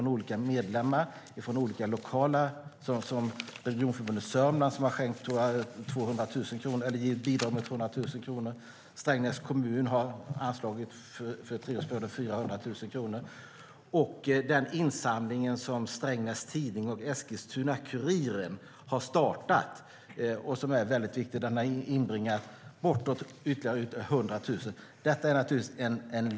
Det handlar om bidrag från olika medlemmar och lokala aktörer - Regionförbundet Sörmland har gett bidrag om 200 000 kronor och Strängnäs kommun har anslagit 400 000 kronor för treårsperioden. Den insamling som Strängnäs Tidning och Eskilstuna-Kuriren har startat är väldigt viktig. Den har inbringat bortåt 100 000 kronor ytterligare.